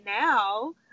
now